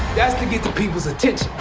that's to get the people's attention.